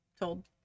told